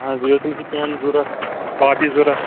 اَہن حظ بیٚیہِ اوس تٔمِس پیٚن ضروٗرت کاپی ضروٗرت